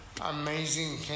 amazing